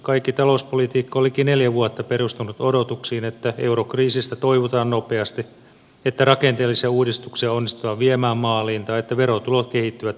kaikki talouspolitiikka on liki neljä vuotta perustunut odotuksiin että eurokriisistä toivutaan nopeasti että rakenteellisia uudistuksia onnistutaan viemään maaliin tai että verotulot kehittyvät odotusten mukaisesti